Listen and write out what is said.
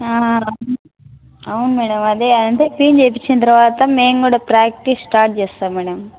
అవును మేడం అదే అంటే టీమ్ చేసిన తర్వాత మేము కూడా ప్రాక్టీస్ స్టార్ట్ చేస్తాం మేడం